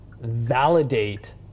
validate